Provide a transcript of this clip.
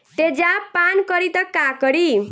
तेजाब पान करी त का करी?